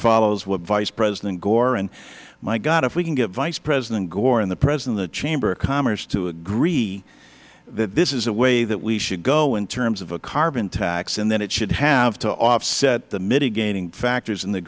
follows what vice president gore and my god if we can get vice president gore and the president of the chamber of commerce to agree that this is the way that we should go in terms of a carbon tax and that it should have to offset the mitigating factors